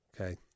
Okay